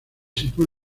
sitúa